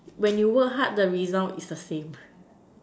when you work hard the result is the same